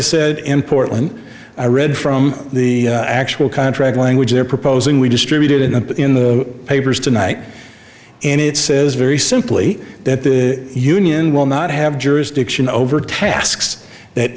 i said important i read from the actual contract language they're proposing we distributed in the papers tonight and it says very simply that the union will not have jurisdiction over tasks that